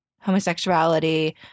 homosexuality